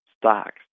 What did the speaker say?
stocks